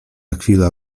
chwila